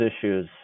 issues